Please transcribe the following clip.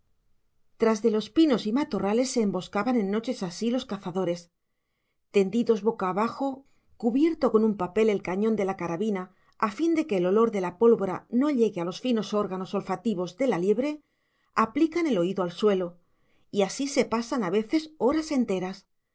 tras de los pinos y matorrales se emboscaban en noches así los cazadores tendidos boca abajo cubierto con un papel el cañón de la carabina a fin de que el olor de la pólvora no llegue a los finos órganos olfativos de la liebre aplican el oído al suelo y así se pasan a veces horas enteras